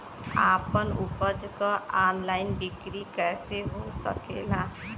आपन उपज क ऑनलाइन बिक्री कइसे हो सकेला?